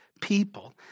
people